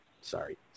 Sorry